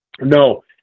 No